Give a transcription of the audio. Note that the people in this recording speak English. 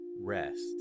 rest